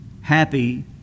happy